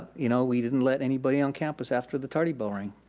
you know we didn't let anybody on campus after the tardy bell rang.